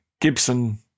Gibson